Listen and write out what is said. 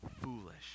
foolish